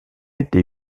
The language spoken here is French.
été